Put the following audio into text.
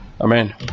Amen